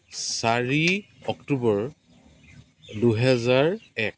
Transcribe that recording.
চাৰি অক্টোবৰ দুহেজাৰ এক